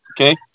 okay